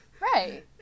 Right